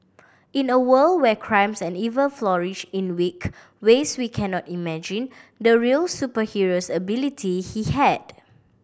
in a world where crimes and evil flourished in wicked ways we cannot imagine the real superheroes ability he had